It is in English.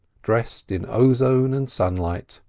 dressed in ozone and sunlight.